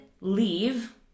leave